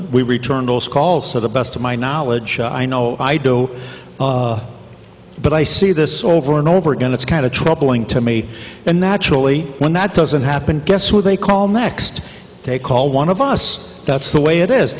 we return those calls to the best of my knowledge i know i do but i see this over and over again it's kind of troubling to me and naturally when that doesn't happen guess who they call next they call one of us that's the way it is